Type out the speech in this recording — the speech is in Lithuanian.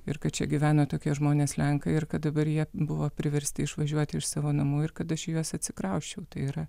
ir kad čia gyvena tokie žmonės lenkai ir kad dabar jie buvo priversti išvažiuoti iš savo namų ir kad aš į juos atsikrausčiau tai yra